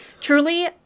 truly